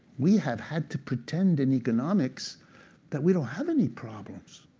we have had to pretend in economics that we don't have any problems,